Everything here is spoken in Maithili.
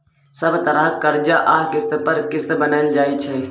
सब तरहक करजा आ किस्त पर किस्त बनाएल जाइ छै